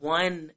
one